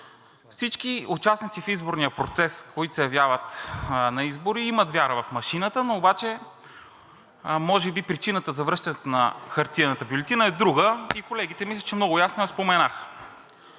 всички участници в изборния процес, които се явяват на избори, имат вяра в машината, обаче може би причината за връщането на хартиената бюлетина е друга и колегите мисля, че много ясно я споменаха.